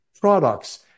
products